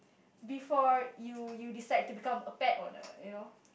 before you you decide to become a pet owner you know